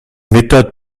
méthodes